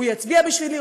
הוא יצביע בשבילי,